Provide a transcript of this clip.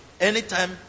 anytime